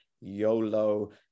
YOLO